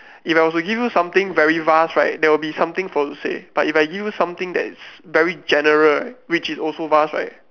if I was to give you something very vast right there will something for you to say but if I give you something that's very general right which is also vast right